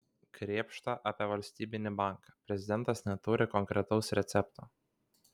krėpšta apie valstybinį banką prezidentas neturi konkretaus recepto